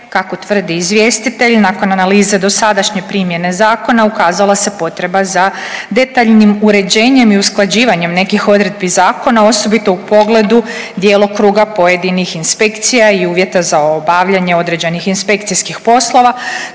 Također nakon analize dosadašnje primjene zakona ukazala se potreba za detaljnijim uređenjem nekih odredbi zakona, naročito u pogledu djelokruga pojedinih inspekcija i uvjeta za obavljanje određenih inspekcijskih poslova